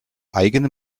eigene